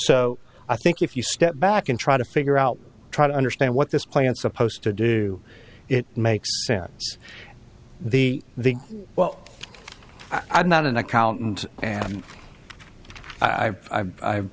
so i think if you step back and try to figure out try to understand what this plan supposed to do it makes sense the the well i'm not an accountant and i have i